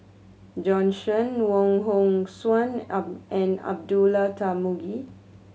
Bjorn Shen Wong Hong Suen and Abdullah Tarmugi